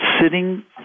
sitting